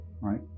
right